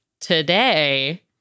today